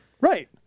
Right